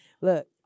Look